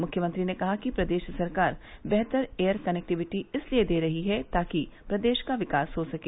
मुख्यमंत्री ने कहा कि प्रदेश सरकार बेहतर एयर कनेक्टिविटी इसलिए दे रही है ताकि प्रदेश का विंकास हो सके